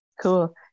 Cool